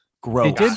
gross